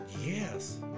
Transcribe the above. Yes